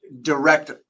direct